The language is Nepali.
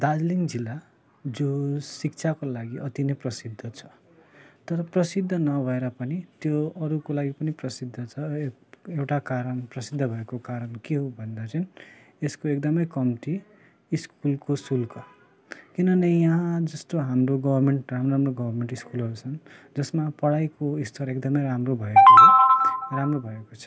दार्जिलिङ जिल्ला जो शिक्षाको लागि अति नै प्रसिद्ध छ तर प्रसिद्ध नभएर पनि त्यो अरूको लागि पनि प्रसिद्ध छ है एउटा कारण प्रसिद्ध भएको कारण के हो भन्दा चाहिँ यसको एकदमै कम्ती स्कुलको शुल्क किनभने यहाँ जस्तो हाम्रो गर्मेन्ट राम्रो राम्रो गर्मेन्ट स्कुलहरू छन् जसमा पढाईको स्तर एकदमै राम्रो भएकोले राम्रो भएको छ